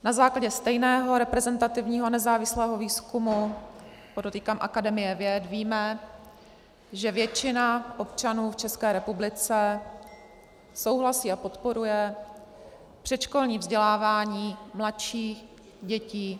Na základě stejného reprezentativního nezávislého výzkumu, podotýkám Akademie věd, víme, že většina občanů v České republice souhlasí a podporuje předškolní vzdělávání dětí mladších tří let.